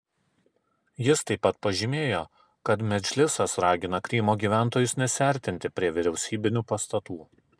jis taip pat pažymėjo kad medžlisas ragina krymo gyventojus nesiartinti prie vyriausybinių pastatų